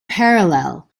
parallel